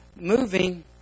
moving